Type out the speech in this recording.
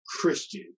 Christian